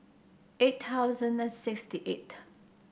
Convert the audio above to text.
eight thousand and sixty eighth